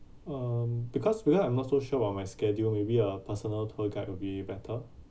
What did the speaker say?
um because because I'm not so sure about my schedule maybe a personal tour guide would be better